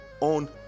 on